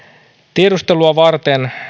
tiedustelua varten